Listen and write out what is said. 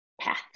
path